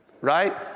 right